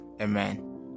Amen